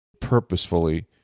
purposefully